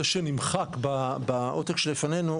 זה שנמחק בעותק שלפנינו,